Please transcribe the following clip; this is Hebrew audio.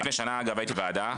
לפני שנה אגב הייתי פה בוועדה,